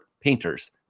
painters